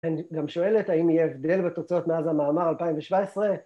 אני גם שואלת האם יהיה הבדל בתוצאות מאז המאמר 2017